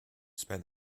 spent